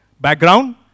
background